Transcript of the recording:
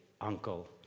uncle